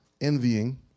envying